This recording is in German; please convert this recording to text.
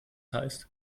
heißt